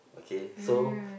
okay so